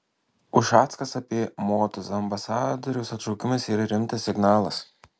ušackas apie motuzą ambasadoriaus atšaukimas yra rimtas signalas